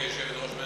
כיושבת-ראש,